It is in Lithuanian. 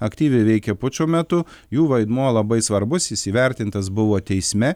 aktyviai veikė pučo metu jų vaidmuo labai svarbus jis įvertintas buvo teisme